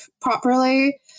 properly